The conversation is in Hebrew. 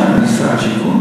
מה זה שייך, אני שר השיכון?